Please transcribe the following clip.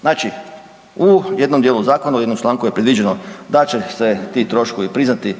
Znači u jednom dijelu zakona u jednom članu je predviđeno da će se ti troškovi priznati